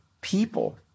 people